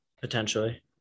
potentially